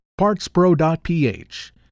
PartsPro.ph